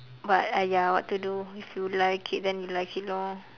but !aiya! what to do if you like it then you like it lor